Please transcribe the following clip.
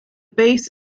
base